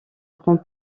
prend